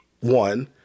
one